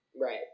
right